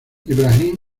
ibrahim